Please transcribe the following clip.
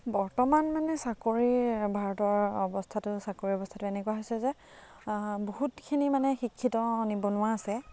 বৰ্তমান মানে চাকৰি ভাৰতৰ অৱস্থাটো চাকৰিৰ অৱস্থাটো এনেকুৱা হৈছে যে বহু তখিনি মানে শিক্ষিত নিবনুৱা আছে